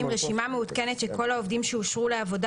רשימה מעודכנת של כל העובדים שאושרו לעבודה